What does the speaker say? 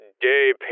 Day